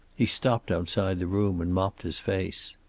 he stopped outside the room and mopped his face.